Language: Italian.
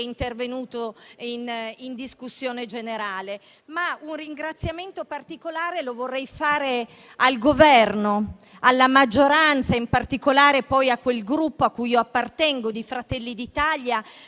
intervenuto in discussione generale. Un ringraziamento particolare lo vorrei rivolgere al Governo, alla maggioranza e in particolare al Gruppo a cui appartengo, Fratelli d'Italia,